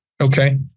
Okay